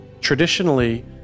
Traditionally